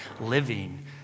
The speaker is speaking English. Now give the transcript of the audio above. living